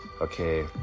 Okay